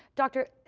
doctor,